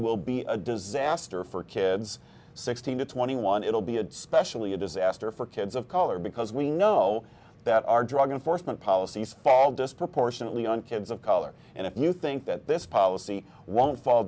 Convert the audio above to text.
will be a disaster for kids sixteen to twenty one it will be a specially a disaster for kids of color because we know that our drug enforcement policies fall disproportionately on kids of color and if you think that this policy won't fall